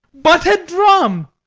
but a drum!